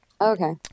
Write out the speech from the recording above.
Okay